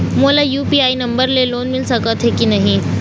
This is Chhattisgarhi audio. मोला यू.पी.आई नंबर ले लोन मिल सकथे कि नहीं?